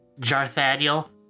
Jarthaniel